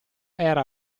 era